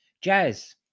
jazz